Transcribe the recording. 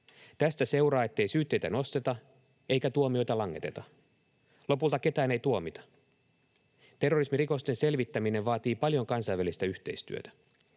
Tästä seuraa, ettei syytteitä nosteta eikä tuomioita langeteta. Lopulta ketään ei tuomita. Terrorismirikosten selvittäminen vaatii paljon kansainvälistä yhteistyötä.